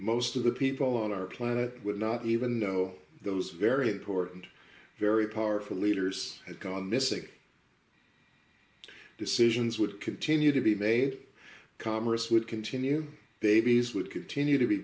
most of the people on our planet would not even know those very important very powerful leaders had gone missing decisions would continue to be made commerce would continue babies would continue to be